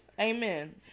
Amen